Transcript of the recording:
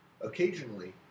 Occasionally